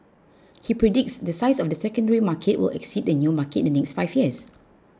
he predicts the size of the secondary market will exceed the new market in the next five years